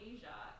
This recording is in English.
Asia